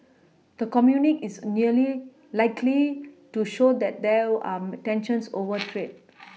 the communique is nearly likely to show that there are tensions over trade